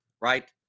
right